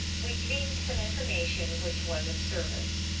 we gleaned some information which was of service.